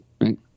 right